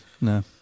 No